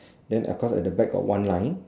then of course at the back got one line